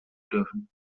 dürfen